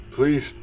Please